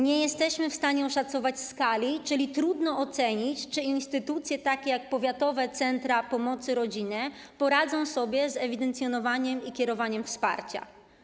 Nie jesteśmy w stanie oszacować skali, czyli trudno ocenić, czy takie instytucje jak powiatowe centra pomocy rodzinie poradzą sobie z ewidencjonowaniem i kierowaniem wsparcia.